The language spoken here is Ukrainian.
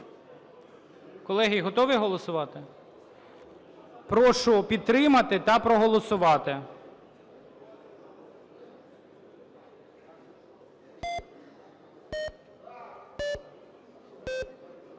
Колеги, готові голосувати? Прошу підтримати та проголосувати.